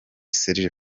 serge